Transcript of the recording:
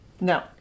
No